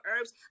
herbs